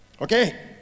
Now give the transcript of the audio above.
Okay